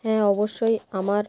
হ্যাঁ অবশ্যই আমার